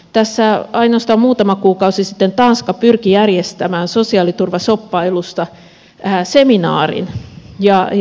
tässä ainoastaan muutama kuukausi sitten tanska pyrki järjestämään sosiaaliturvashoppailusta seminaarin